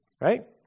right